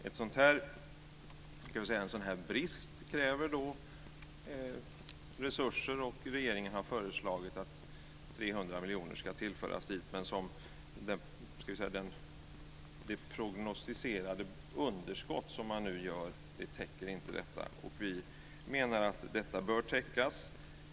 En sådan här brist kräver resurser, och regeringen har föreslagit att 300 miljoner ska tillföras dit. Men det prognostiserade underskott som man nu gör täcker inte detta, och vi menar att detta bör täckas.